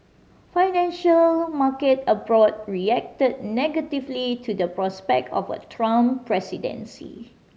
financial market abroad reacted negatively to the prospect of a Trump presidency